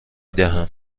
دهم